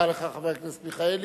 תודה רבה לך, חבר הכנסת מיכאלי.